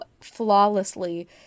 flawlessly